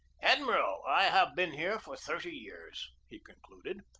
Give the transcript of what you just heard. admiral, i have been here for thirty years, he concluded.